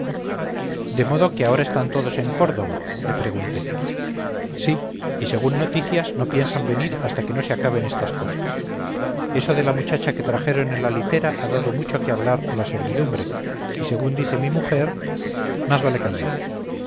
de modo que ahora están todos en córdoba le pregunté sí y según noticias no piensan venir hasta que no se acaben estas cosas eso de la muchacha que trajeron en la litera ha dado mucho que hablar a la servidumbre y según dice mi mujer más vale callar